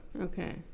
Okay